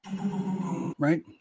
Right